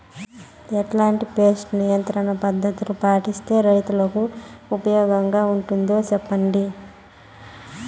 ఎట్లాంటి పెస్ట్ నియంత్రణ పద్ధతులు పాటిస్తే, రైతుకు ఉపయోగంగా ఉంటుంది సెప్పండి?